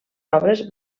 obres